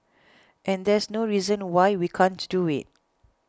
and there's no reason why we can't do it